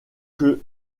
que